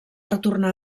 retornar